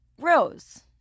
Rose